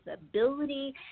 ability